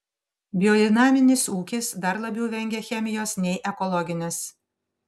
biodinaminis ūkis dar labiau vengia chemijos nei ekologinis